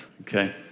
okay